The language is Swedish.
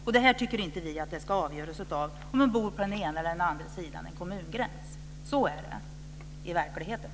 Vi tycker inte att det här ska avgöras av om man bor på den ena eller andra sidan av en kommungräns. Så är det i verkligheten.